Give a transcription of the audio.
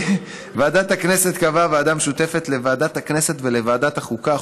ועדת הכנסת קבעה ועדה משותפת לוועדת הכנסת ולוועדת החוקה,